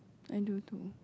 I do too